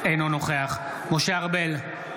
אינו נוכח משה ארבל,